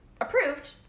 approved